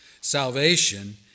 Salvation